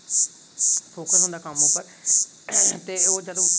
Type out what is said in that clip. focus होंदा कम्म पर ते ओह् जदूं